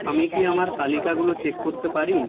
আমি কি আমার তালিকাগুলো চেক করতে পারি